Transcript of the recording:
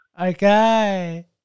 Okay